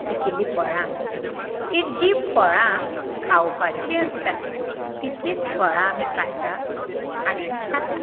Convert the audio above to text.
पिकिल्लीं फळां एक जीं फळां खावपाचीं आसता तितलींच फळां आमी काडटा आनी आमी खाता